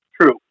true